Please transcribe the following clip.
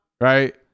right